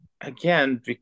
again